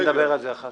נדבר על זה אחר כך.